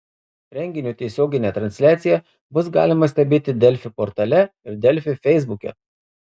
renginio tiesioginę transliaciją bus galima stebėti delfi portale ir delfi feisbuke